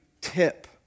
tip